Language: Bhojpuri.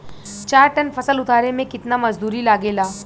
चार टन फसल उतारे में कितना मजदूरी लागेला?